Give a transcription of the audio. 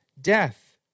death